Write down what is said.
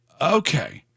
okay